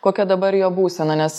kokia dabar jo būsena nes